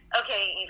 okay